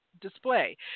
display